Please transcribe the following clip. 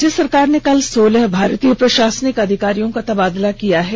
राज्य सरकार ने कल सोलह भारतीय प्रशासनिक अधिकारियों का तबादला किया है